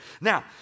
Now